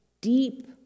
deep